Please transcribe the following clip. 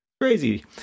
crazy